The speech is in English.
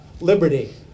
liberty